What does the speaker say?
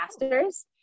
masters